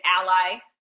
ally